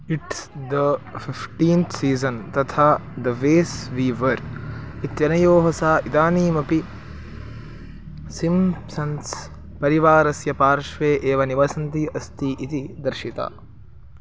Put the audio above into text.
it's the fifteenth season तथा the way we were इत्यनयोः सा इदानीमपि सिंसन्स् परिवारस्य पार्श्वे एव निवसन्ती अस्ति इति दर्शिता